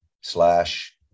slash